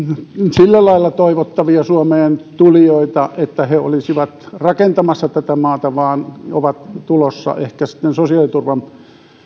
sillä lailla toivottavia suomeen tulijoita että he olisivat rakentamassa tätä maata vaan ovat tulossa ehkä sitten sosiaaliturvan